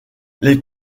les